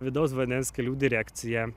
vidaus vandens kelių direkcija